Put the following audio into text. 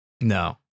No